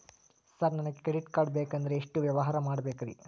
Sir ನನಗೆ credit card ಬೇಕಂದ್ರೆ ಎಷ್ಟು ವ್ಯವಹಾರ ಮಾಡಬೇಕ್ರಿ?